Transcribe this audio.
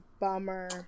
bummer